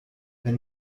wenn